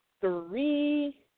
three